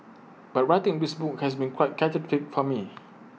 but writing this book has been quite cathartic for me